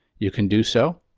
you can do so.